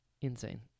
insane